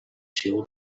sigut